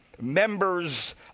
members